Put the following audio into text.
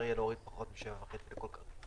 יהיה להוריד לפחות מ-7,500 לכל כרטיס.